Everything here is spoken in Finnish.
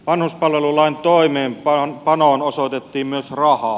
vanhuspalvelulain toimeenpanoon osoitettiin myös rahaa